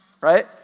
right